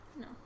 No